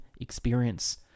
experience